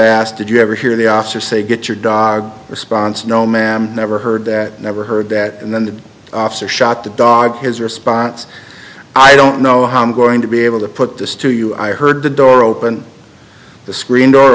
asked did you ever hear the officer say get your dog response no ma'am never heard that never heard that and then the officer shot the dog his response i don't know how i'm going to be able to put this to you i heard the door open the screen door